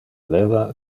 leva